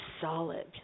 solid